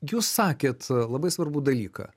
jūs sakėt labai svarbų dalyką